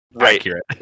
accurate